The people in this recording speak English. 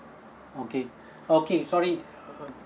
okay okay sorry err